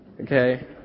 Okay